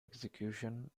execution